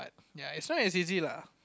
ya it not as easy lah